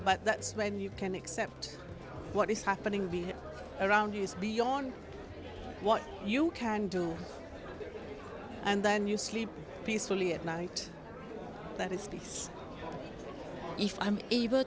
that's when you can accept what is happening be around you is beyond what you can do and then you sleep peacefully at night that is peace if i'm able